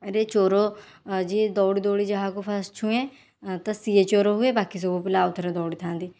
ରେ ଚୋର ଯିଏ ଦୌଡ଼ି ଦୌଡ଼ି ଯାହାକୁ ଫାଷ୍ଟ ଛୁଏଁ ତ ସିଏ ଚୋର ହୁଏ ବାକି ସବୁ ପିଲା ଆଉ ଥରେ ଦୌଡ଼ି ଥାନ୍ତି